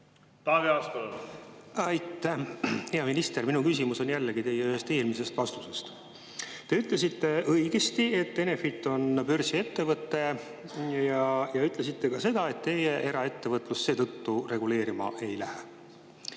elektri puhul. Aitäh! Hea minister! Minu küsimus tuleneb jällegi ühest teie eelmisest vastusest. Te ütlesite õigesti, et Enefit on börsiettevõte, ja ütlesite ka seda, et teie eraettevõtlust reguleerima ei lähe.